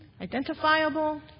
identifiable